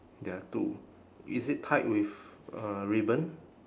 there are two is it tied with uh ribbon